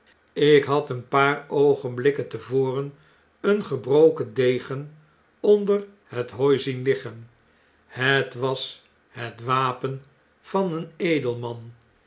ik had een paar oogenblikken te voreneen gebroken degen onder het hooi zien liggen het was het wapen van een edelman